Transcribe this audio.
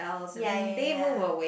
ya ya ya